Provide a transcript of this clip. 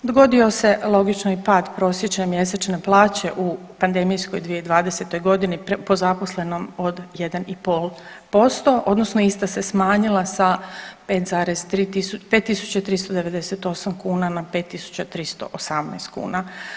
Dogodio se logično i pad prosječne mjesečne plaće u pandemijskoj 2020.g. po zaposlenom od 1,5% odnosno ista se smanjila sa 5.398 kuna na 5.318 kuna.